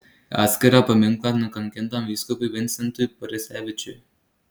atskirą paminklą nukankintam vyskupui vincentui borisevičiui